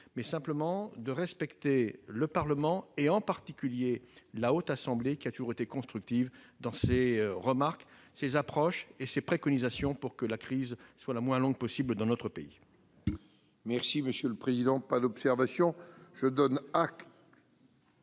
mais de faire respecter le Parlement, en particulier la Haute Assemblée, qui a toujours été constructive dans ses remarques, ses approches et ses préconisations, pour que la crise soit la moins longue possible dans notre pays.